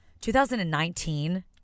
2019